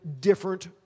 different